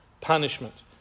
punishment